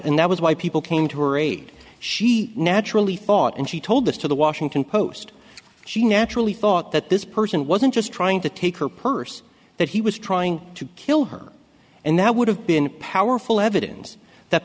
and that was why people came to her aid she naturally thought and she told this to the washington post she naturally thought that this person wasn't just trying to take her purse that he was trying to kill her and that would have been powerful evidence that